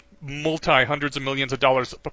multi-hundreds-of-millions-of-dollars